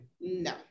no